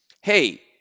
hey